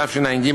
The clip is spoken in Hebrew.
תשע"ג,